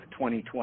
2020